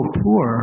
poor